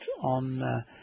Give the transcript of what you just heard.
on